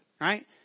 right